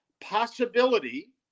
possibility